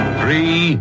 three